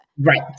Right